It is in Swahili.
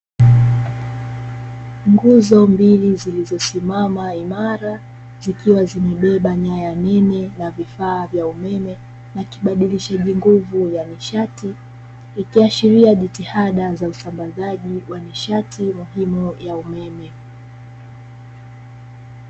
Nguzo mbili zilizosimama imara zikiwa zimebeba nyaya nene na vifaa vya umeme na kibadilishaji nguvu ya nishati, ikiashiria jitihada za usambazaji wa nishati muhimu ya umeme.